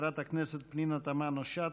חברת הכנסת פנינה תמנו-שטה,